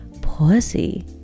pussy